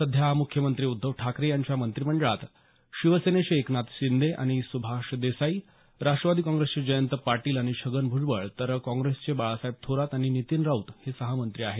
सध्या मुख्यमंत्री उद्धव ठाकरे यांच्या मंत्रिमंडळात शिवसेनेचे एकनाथ शिंदे आणि सुभाष देसाई राष्ट्रवादी काँग्रेसचे जयंत पाटील आणि छगन भूजबळ तर काँग्रेसचे बाळासाहेब थोरात आणि नीतीन राऊत हे सहा मंत्री आहेत